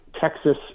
Texas